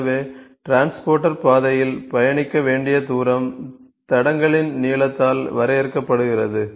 எனவே டிரான்ஸ்போர்ட்டர் பாதையில் பயணிக்க வேண்டிய தூரம் தடங்களின் நீளத்தால் வரையறுக்கப்படுகிறது